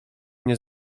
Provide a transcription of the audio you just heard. nie